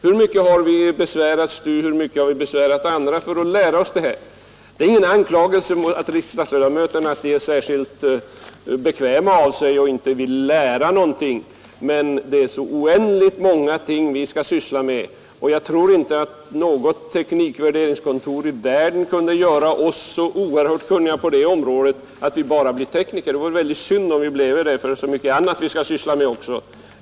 Hur mycket har vi besvärat andra för att själva lära oss det här? Det är inte någon anklagelse att riksdagsledamöterna är särskilt bekväma av sig och att de inte vill lära någonting, men det är oändligt många ting, som vi skall syssla med, och jag tror inte att något teknikvärderingskontor i världen skulle kunna göra oss så oerhört kunniga på det området att vi bara blev tekniker. Det vore synd om vi bleve det, därför att vi har så mycket annat som vi också måste syssla med.